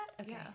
Okay